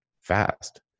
fast